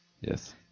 Yes